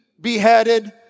beheaded